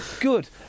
Good